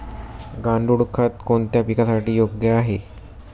गांडूळ खत कोणत्या पिकासाठी योग्य आहे?